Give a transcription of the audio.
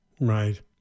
Right